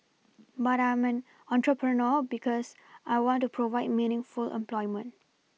but I'm an entrepreneur because I want to provide meaningful employment